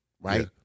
right